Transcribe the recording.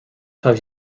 have